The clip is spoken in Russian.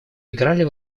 играли